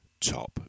top